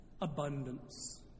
abundance